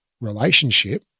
relationship